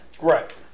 Right